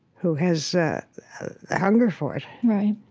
who has a hunger for it right.